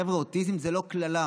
חבר'ה, אוטיזם זו לא קללה,